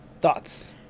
Thoughts